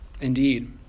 Indeed